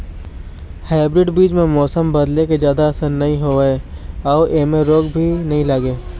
hybrid बीज म मौसम बदले के जादा असर नई होवे अऊ ऐमें रोग भी नई लगे